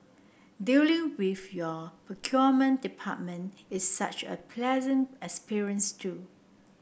dealing with your procurement department is such a pleasant experience too